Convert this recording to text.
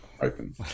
open